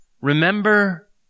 remember